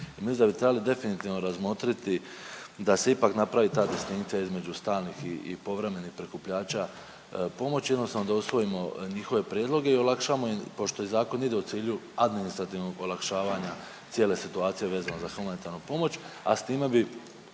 I mislim da bi trebali definitivno razmotriti da se ipak napravi ta distinkcija između stalnih i povremenih prikupljača pomoći odnosno da usvojimo njihove prijedloge i olakšamo im pošto i zakon ide u cilju administrativnog olakšavanja cijele situacije vezano za humanitarnu pomoć, a s time bi